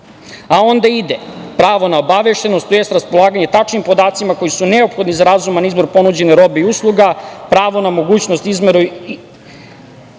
a onda ide i pravo na obaveštenost, to jest raspolaganje tačnim podacima koji su neophodni za razuman izbor ponuđene robe i usluga, pravo na mogućnost izbora između